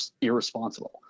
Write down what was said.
irresponsible